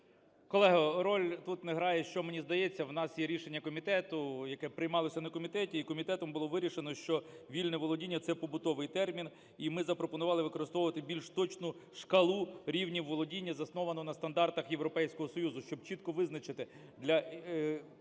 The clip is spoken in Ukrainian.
Колего, роль тут не грає, що мені здається. В нас є рішення комітету, яке приймалося на комітеті. І комітетом було вирішено, що "вільне володіння" – це побутовий термін і ми запропонували використовувати більш точну шкалу рівнів володіння, засновану на стандартах Європейського Союзу, щоб чітко визначити,